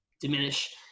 diminish